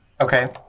Okay